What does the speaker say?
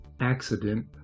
Accident